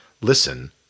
Listen